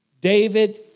David